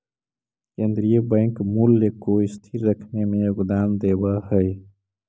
केन्द्रीय बैंक मूल्य को स्थिर रखने में योगदान देवअ हई